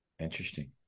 interesting